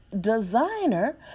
designer